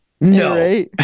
No